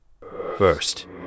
First